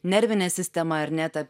nervinė sistema ar ne ta